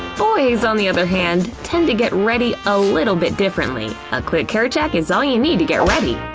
boys, on the other hand, tend to get ready a little bit differently. a quick hair check is all you need to get ready. ooh,